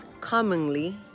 commonly